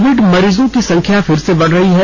Covid मरीजों की संख्या फिर से बढ़ रही है